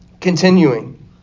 Continuing